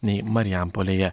nei marijampolėje